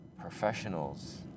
professionals